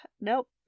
Nope